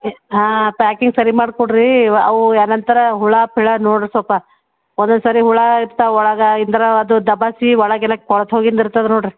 ಹಾಂ ಪ್ಯಾಕಿಂಗ್ ಸರಿ ಮಾಡ್ಕೊಡ್ರಿ ವ ಅವು ಏನಂತಾರೆ ಹುಳಾ ಪಿಳಾ ನೋಡ್ರಿ ಸ್ವಲ್ಪ ಒಂದೊಂದ್ಸರಿ ಹುಳು ಇರ್ತಾವೆ ಒಳಗ ಇಂದ್ರಾ ಅದು ದಬಾಕ್ಸಿ ಒಳಗೆಲ್ಲ ಕೊಳೆತ್ಹೋಗಿದ್ದು ಇರ್ತದೆ ನೋಡ್ರಿ